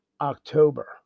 October